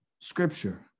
scripture